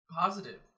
positive